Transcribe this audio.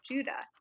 Judah